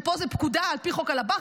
כשפה זו פקודה על פי חוק הלב"חים,